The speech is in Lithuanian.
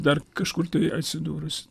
dar kažkur tai atsidūrus